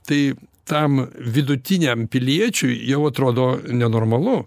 tai tam vidutiniam piliečiui jau atrodo nenormalu